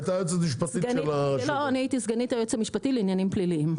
הייתי סגנית היועץ המשפטי לעניינים פליליים.